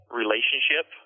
relationship